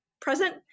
present